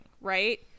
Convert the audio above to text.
right